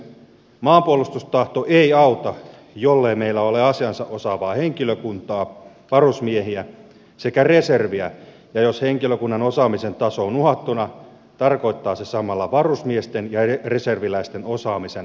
maanpuolustustahto ei auta jollei meillä ole asiaansa osaavaa henkilökuntaa varusmiehiä sekä reserviä ja jos henkilökunnan osaamisen taso on uhattuna tarkoittaa se samalla varusmiesten ja reserviläisten osaamisen alasajoa